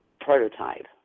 prototype